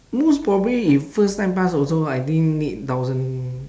most probably you first time pass also I think need thousand